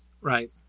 right